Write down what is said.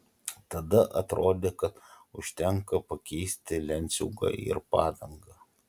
tada atrodė kad užtenka pakeisti lenciūgą ir padangą